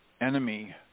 enemy